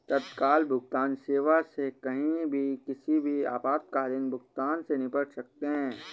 तत्काल भुगतान सेवा से कहीं भी किसी भी आपातकालीन भुगतान से निपट सकते है